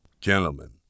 Gentlemen